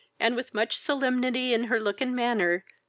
and, with much solemnity in her look and manner,